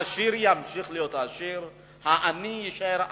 העשיר ימשיך להיות עשיר, העני יישאר עני.